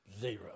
Zero